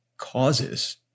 Causes